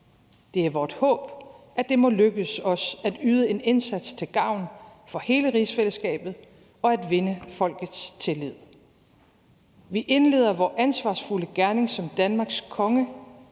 Det er Vort håb, at det må lykkes Os at yde en indsats til gavn for hele rigsfællesskabet og at vinde folkets tillid. Vi indleder Vor ansvarsfulde gerning som Danmarks Konge